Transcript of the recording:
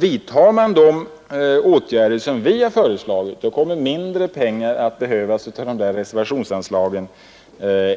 Vidtar man de åtgärder som vi har föreslagit, kommer mindre pengar att behövas till dessa reservationsanslag